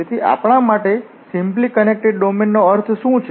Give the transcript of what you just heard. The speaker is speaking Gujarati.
તેથીઆપણાં માટે સિમ્પલી કનેકટેડ ડોમેનનો અર્થ શું છે